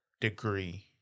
degree